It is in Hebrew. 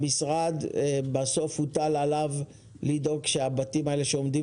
בסוף הוטל על המשרד לדאוג שהבתים שעומדים